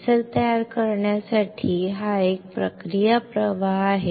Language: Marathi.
सेन्सर तयार करण्यासाठी हा एक प्रक्रिया प्रवाह आहे